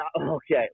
okay